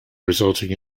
resulting